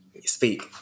speak